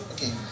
Okay